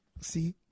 see